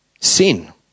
Sin